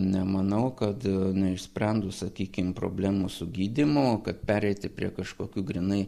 nemanau kad neišsprendus sakykim problemų su gydymu kad pereiti prie kažkokių grynai